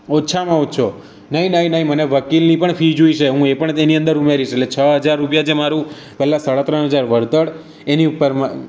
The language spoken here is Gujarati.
ઓછામાં ઓછો નહીં નહીં નહીં મને વકીલની પણ ફી જોઈશે હું એ પણ તેની અંદર ઉમેરીશ એટલે છ હજાર રૂપિયા જે મારું પેલા સાડા ત્રણ હજાર વળતર એની ઉપર મા